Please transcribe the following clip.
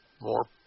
more